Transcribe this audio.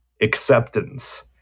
acceptance